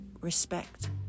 respect